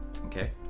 okay